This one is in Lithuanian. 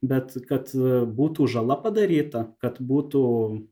bet kad būtų žala padaryta kad būtų